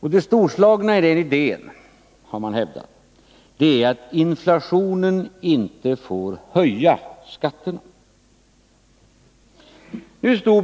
Det storslagna i den idén — har man hävdat — är att inflationen inte får höja skatterna.